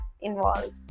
involved